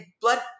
blood